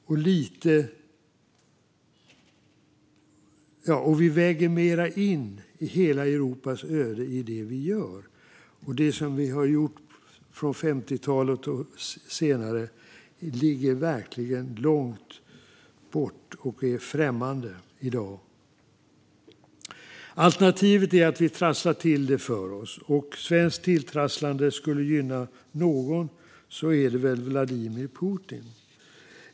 I dag väger vi i högre grad in hela Europas öde i det vi gör, och det vi har gjort på 50-talet och senare ligger verkligen långt bort och är främmande i dag. Alternativet är att vi trasslar till det för oss, och om svenskt tilltrasslande skulle gynna någon är det väl Vladimir Putin.